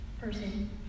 person